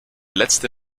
letzte